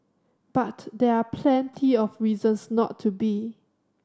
but there are plenty of reasons not to be